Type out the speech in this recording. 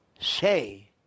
Say